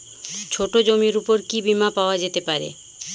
ছোট জমির উপর কি বীমা পাওয়া যেতে পারে?